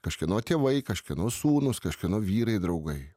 kažkieno tėvai kažkieno sūnūs kažkieno vyrai draugai